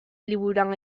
liburuan